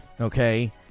okay